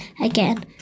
again